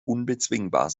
unbezwingbar